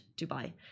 Dubai